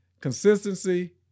Consistency